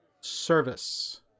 service